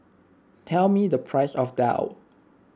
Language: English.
tell me the price of Daal